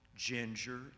Ginger